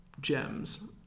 Gems